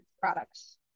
products